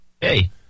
Hey